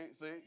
see